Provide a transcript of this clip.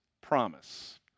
promise